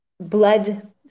blood